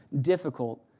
difficult